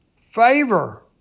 favor